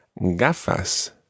gafas